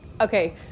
Okay